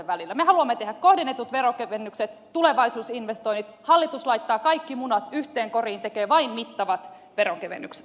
me haluamme tehdä kohdennetut veronkevennykset tulevaisuusinvestoinnit hallitus laittaa kaikki munat yhteen koriin tekee vain mittavat veronkevennykset